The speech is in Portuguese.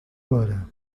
agora